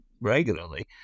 regularly